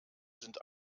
sind